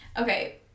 okay